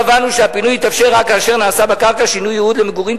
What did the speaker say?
קבענו שהפינוי יתאפשר רק כאשר נעשה בקרקע שינוי ייעוד למגורים,